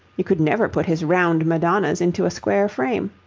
you could never put his round madonnas into a square frame.